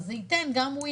אז זה ייתן גם win-win.